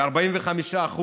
ב-45%,